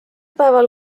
päeval